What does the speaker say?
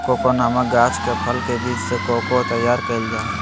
cocoa नामक गाछ के फल के बीज से कोको तैयार कइल जा हइ